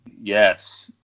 yes